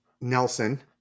Nelson